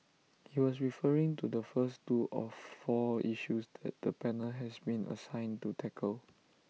he was referring to the first two of four issues that the panel has been assigned to tackle